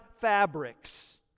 fabrics